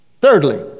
Thirdly